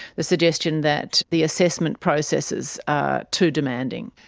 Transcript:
the suggestion that the assessment processes are too demanding.